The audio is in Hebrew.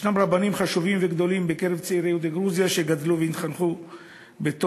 ישנם רבנים חשובים וגדולים בקרב צעירי יהודי גרוזיה שגדלו והתחנכו בתוך